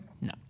No